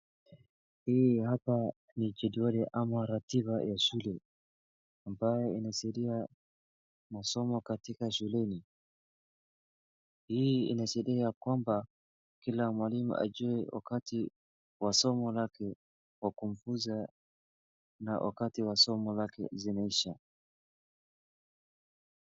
Hii hapa ni jedwali ama ratiba ya shule ambayo inasaidia masomo katika shuleni hii inashiria ya kwamba kila mwalimu ajue wakati wa somo lake kufunza na wakati somo lake zinaisha.